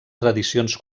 tradicions